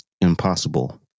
Impossible